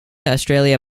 australia